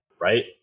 right